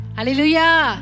Hallelujah